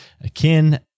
akin